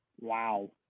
Wow